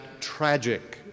tragic